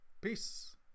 Peace